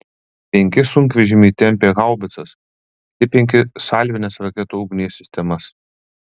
penki sunkvežimiai tempė haubicas kiti penki salvinės raketų ugnies sistemas